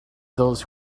those